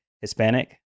Hispanic